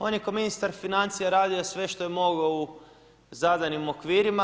On je kao ministar financija radio sve što je mogao u zadanim okvirima.